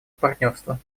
партнерства